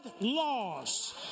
laws